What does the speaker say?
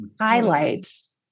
highlights